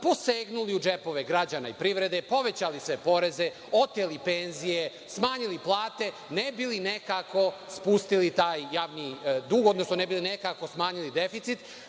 posegnuli u džepove građana i privrede, povećali sve poreze, oteli penzije, smanjili plate, ne bi li nekako spustili taj